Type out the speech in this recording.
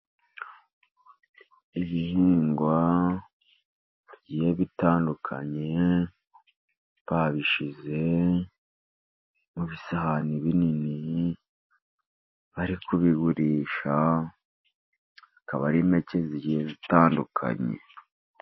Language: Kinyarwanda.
Ibihingwa bigiye bitandukanye, babishize mu bisahani binini, bari kubigurisha, akaba ari impeke zigiye zitandukanye.